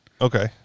Okay